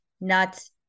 nuts